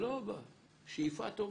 שאיפה טובה,